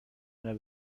eine